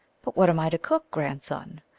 but what am i to cook, grandson?